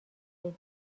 بدی